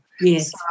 Yes